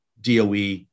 DOE